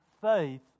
faith